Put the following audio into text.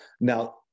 Now